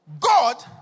God